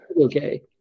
Okay